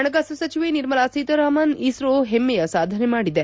ಹಣಕಾಸು ಸಚಿವೆ ನಿರ್ಮಲಾ ಸೀತಾರಾಮನ್ ಇಸ್ತೋ ಹೆಮ್ಮೆಯ ಸಾಧನೆ ಮಾಡಿದೆ